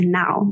now